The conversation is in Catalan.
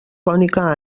cònica